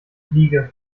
fliege